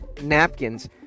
napkins